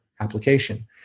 application